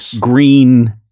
green